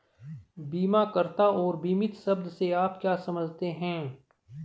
बीमाकर्ता और बीमित शब्द से आप क्या समझते हैं?